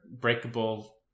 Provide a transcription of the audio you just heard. breakable